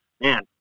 man